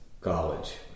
college